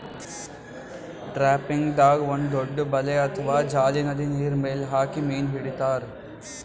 ಟ್ರಾಪಿಂಗ್ದಾಗ್ ಒಂದ್ ದೊಡ್ಡ್ ಬಲೆ ಅಥವಾ ಜಾಲಿ ನದಿ ನೀರ್ಮೆಲ್ ಹಾಕಿ ಮೀನ್ ಹಿಡಿತಾರ್